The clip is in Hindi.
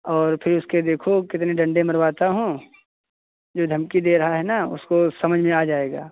और फिर उसके देखो कितने डंडे मरवाता हूँ जो धमकी दे रहे हैं न उसको समझ में आ जाएगा